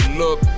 look